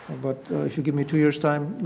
but if you give me two years time,